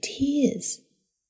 tears